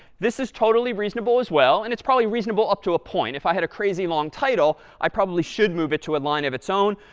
this is totally reasonable as well. and it's probably reasonable up to a point. if i had a crazy long title, i probably should move it to a line of its own.